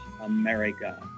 America